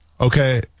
Okay